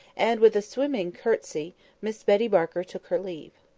and with a swimming curtsey miss betty barker took her leave.